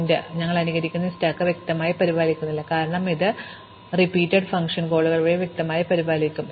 അതിനാൽ ഞങ്ങൾ അനുകരിക്കുന്ന ഈ സ്റ്റാക്ക് ഞങ്ങൾ വ്യക്തമായി പരിപാലിക്കുന്നില്ല കാരണം ഇത് ആവർത്തന ഫംഗ്ഷൻ കോളുകൾ വഴി വ്യക്തമായി പരിപാലിക്കും